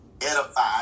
edified